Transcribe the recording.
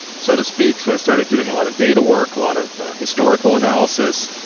so to speak. so i started doing a lot of data work, a lot of historical analysis,